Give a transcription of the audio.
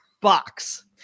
box